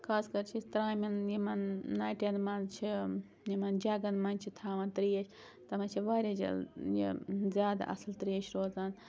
خاص کَر چھِ أسۍ ترٛامٮ۪ن یِمَن نَٹٮ۪ن منٛز چھِ یِمَن جَگَن منٛز چھِ تھاوان ترٛیش تَتھ منٛز چھِ واریاہ جل یہِ زیادٕ اَصٕل ترٛیش روزان